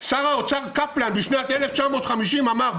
שר האוצר קפלן בשנת 1950 אמר,